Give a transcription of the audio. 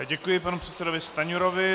Já děkuji panu předsedovi Stanjurovi.